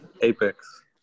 apex